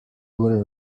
were